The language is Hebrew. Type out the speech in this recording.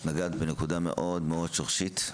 נגעת בנקודה מאוד מאוד שורשית,